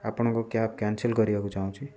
ଆପଣଙ୍କ cab cancel କରିବାକୁ ଚାହୁଁଛି